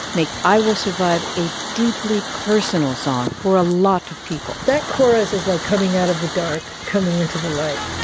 make i will survive a deeply personal song for a lot of people that chorus is like coming out of the dark, coming into the light